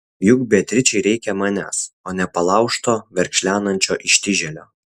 juk beatričei reikia manęs o ne palaužto verkšlenančio ištižėlio